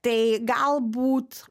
tai galbūt